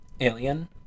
Alien